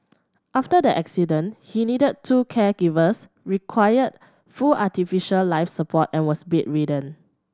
after the accident he needed two caregivers required full artificial life support and was bedridden